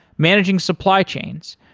managing supply chains,